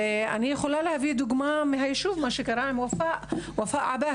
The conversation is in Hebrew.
אני יכולה להביא דוגמה מהישוב עם מה שקרה עם ופאא עבאהרה.